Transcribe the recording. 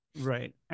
right